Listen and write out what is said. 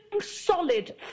solid